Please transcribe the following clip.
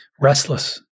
restless